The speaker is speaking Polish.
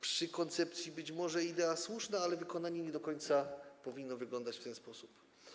Przy tej koncepcji być może idea jest słuszna, ale wykonanie nie do końca powinno wyglądać w ten sposób.